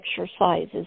exercises